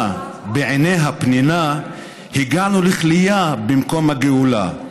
בעיניה פנינה / הגענו לכליה במקום לגאולה.